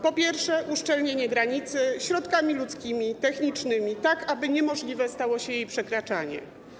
Po pierwsze, uszczelnienie granicy środkami ludzkimi, technicznymi, tak aby niemożliwe stało się jej przekraczanie.